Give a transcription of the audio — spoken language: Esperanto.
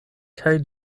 kaj